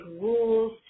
rules